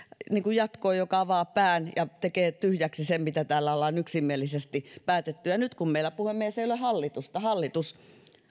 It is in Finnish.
jatkoon joka avaa pään ja tekee tyhjäksi sen mitä täällä ollaan yksimielisesti päätetty ja nyt kun meillä puhemies ei ole hallitusta hallitus